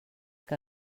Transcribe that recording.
que